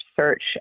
search